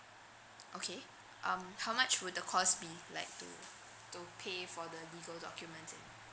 okay um how much would the cost be like to to pay for the legal documents and